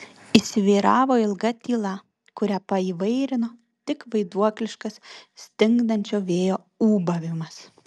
įsivyravo ilga tyla kurią paįvairino tik vaiduokliškas stingdančio vėjo ūbavimas